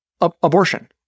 abortion